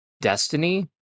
destiny